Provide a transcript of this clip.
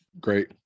great